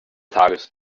tages